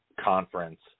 conference